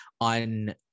on